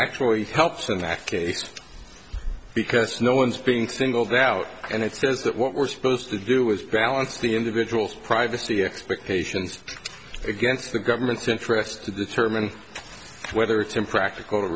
actually helps in that case because no one's being singled out and it says that what we're supposed to do is balance the individual's privacy expectations against the government's interest to determine whether it's impractical